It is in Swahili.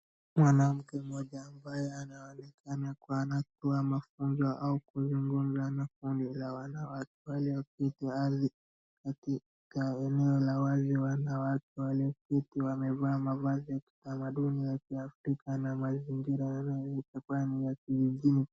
Mwanamke mmoja ambaye anaonekana kuwa anatoa mafunzo au kuzungumza na kundi la wanawake walioketi ardhini katika eneo la wazi. Wanawake walioketi wamevaa mavazi ya kitamaduni ya Kiafrika na mazingira yanaonekana ni ya kijiji.